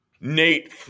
Nate